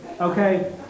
Okay